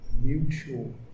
mutual